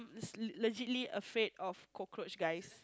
is legit ~ly afraid of cockroach guys